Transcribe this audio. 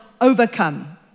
overcome